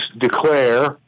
declare